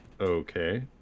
Okay